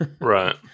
Right